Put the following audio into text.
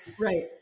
Right